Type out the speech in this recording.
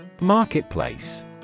Marketplace